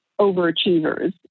overachievers